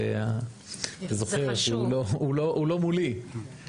הוא לא מולי.